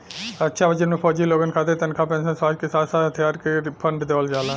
रक्षा budget में फौजी लोगन खातिर तनखा पेंशन, स्वास्थ के साथ साथ हथियार क लिए फण्ड देवल जाला